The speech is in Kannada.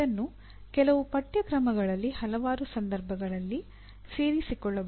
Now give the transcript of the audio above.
ಇದನ್ನು ಕೆಲವು ಪಠ್ಯಕ್ರಮಗಳಲ್ಲಿ ಹಲವಾರು ಸಂದರ್ಭಗಳಲ್ಲಿ ಸೇರಿಸಿಕೊಳ್ಳಬಹುದು